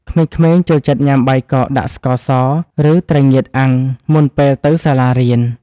ក្មេងៗចូលចិត្តញ៉ាំបាយកកដាក់ស្ករស ឬត្រីងៀតអាំង មុនពេលទៅសាលារៀន។